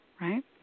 right